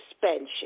suspension